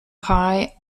pie